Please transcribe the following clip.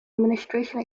administration